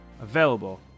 available